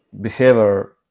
behavior